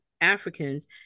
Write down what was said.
Africans